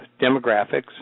demographics